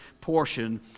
portion